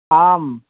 আম